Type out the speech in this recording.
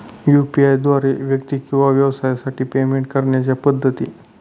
UPI द्वारे व्यक्ती किंवा व्यवसायांसाठी पेमेंट करण्याच्या पद्धती